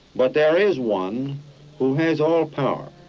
but there is one who has all power.